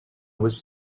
was